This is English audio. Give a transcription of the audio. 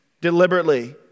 deliberately